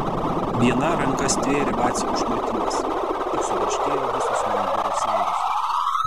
viena ranka stvėrė vacį už krūtinės tik subarškėjo visos munduro sagos